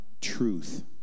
truth